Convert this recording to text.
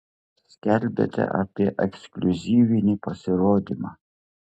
skelbiate apie ekskliuzyvinį pasirodymą